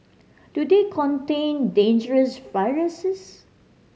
do they contain dangerous viruses